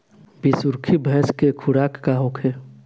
बिसुखी भैंस के खुराक का होखे?